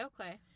okay